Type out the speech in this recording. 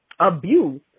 abuse